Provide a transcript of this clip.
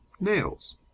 Nails